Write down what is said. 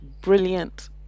brilliant